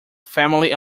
family